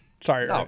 Sorry